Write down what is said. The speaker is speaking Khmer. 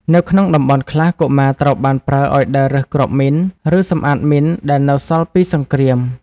នៅក្នុងតំបន់ខ្លះ កុមារត្រូវបានប្រើឱ្យដើររើសគ្រាប់មីន ឬសម្អាតមីនដែលសល់ពីសង្គ្រាម។